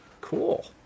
Cool